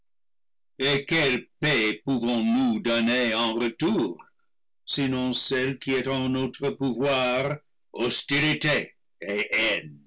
quelle paix pouvons-nous donner en retour sinon celle qui est en notre pouvoir hostilités et